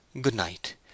Good-night